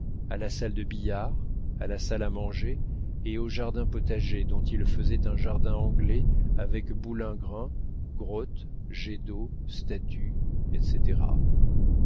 à la salle de billard à la salle à manger et au jardin potager dont il faisait un jardin anglais avec boulingrins grottes jets d'eau statues etc